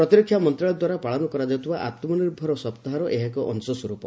ପ୍ରତିରକ୍ଷା ମନ୍ତ୍ରଣାଳୟ ଦ୍ୱାରା ପାଳନ କରାଯାଉଥିବା ଆତ୍ମନିର୍ଭର ସପ୍ତାହର ଏହା ଏକ ଅଂଶ ସ୍ୱରୂପ